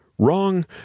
Wrong